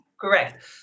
Correct